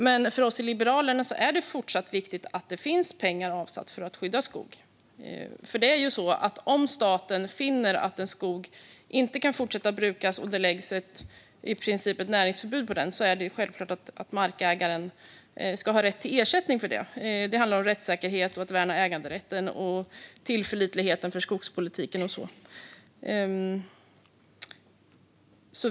Men för oss i Liberalerna är det fortsatt viktigt att det finns pengar avsatta för att skydda skog. Om staten finner att en skog inte kan fortsätta att brukas och det i princip läggs ett näringsförbud på den är det självklart att markägaren ska ha rätt till ersättning för det. Det handlar om rättssäkerhet, att värna äganderätten, tillförlitligheten för skogspolitiken och sådant.